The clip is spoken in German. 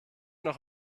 noch